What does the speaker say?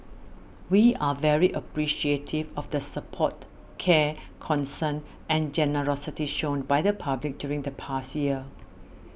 we are very appreciative of the support care concern and generosity shown by the public during the past year